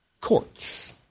courts